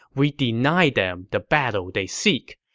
we deny them the battle they seek.